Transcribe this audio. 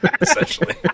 Essentially